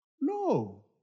No